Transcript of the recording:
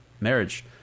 marriage